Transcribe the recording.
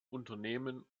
unternehmen